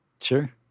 sure